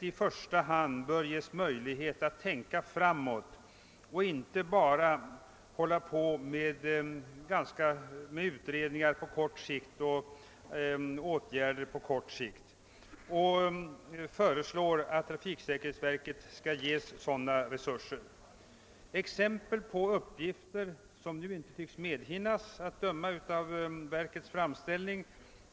Detta förslag, som tidigare har framförts av verket, har avslagits av statsmakterna. Den ryckighet i trafiksäkerhetsåtgärder som vi nu upplever måste bero på att utredning och forskning på området är otillräckliga.